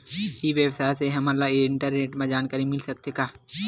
ई व्यवसाय से हमन ला इंटरनेट मा जानकारी मिल सकथे का?